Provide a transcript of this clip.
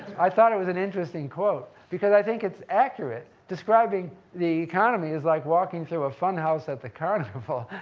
i thought it was an interesting quote because i think it's accurate, describing the economy as, like walking through a fun house at the carnival.